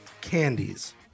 candies